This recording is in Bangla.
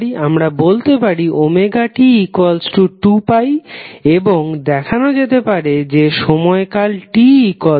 আমরা বলতে পারি ωT2π এবং টা দেখানো যেতে পারে যে সময়কাল T2πω